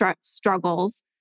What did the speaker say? struggles